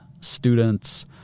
students